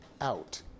out